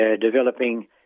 developing